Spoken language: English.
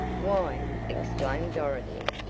why! exclaimed dorothy,